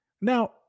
Now